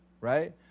right